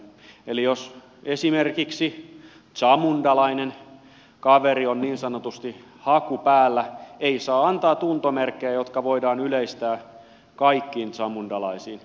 jos esimerkiksi zamundalainen kaveri on niin sanotusti haku päällä ei saa antaa tuntomerkkejä jotka voidaan yleistää kaikkiin zamundalaisiin